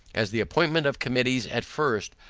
as the appointment of committees at first,